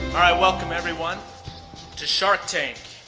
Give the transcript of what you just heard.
i welcome everyone to shark tank.